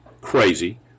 crazy